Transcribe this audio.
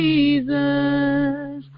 Jesus